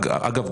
אגב,